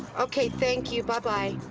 ok? thank you, bye-bye.